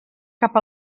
cap